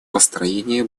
построение